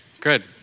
Good